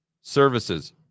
services